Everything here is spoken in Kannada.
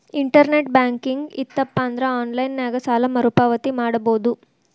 ಇಂಟರ್ನೆಟ್ ಬ್ಯಾಂಕಿಂಗ್ ಇತ್ತಪಂದ್ರಾ ಆನ್ಲೈನ್ ನ್ಯಾಗ ಸಾಲ ಮರುಪಾವತಿ ಮಾಡಬೋದು